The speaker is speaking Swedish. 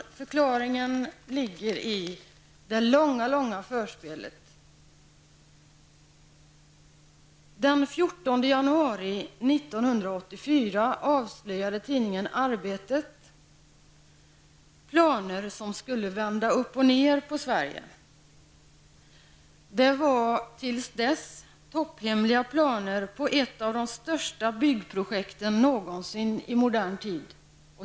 Förklaringen ligger i det långa förspelet. Den 14 januari 1984 avslöjade tidningen Arbetet planer som skulle vända upp och ner på Sverige. Det var tills dess topphemliga planer på ett av de största byggprojekten någonsin i modern tid.